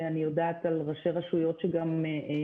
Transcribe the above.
ואני יודעת על ראשי הרשויות שגם מבקשים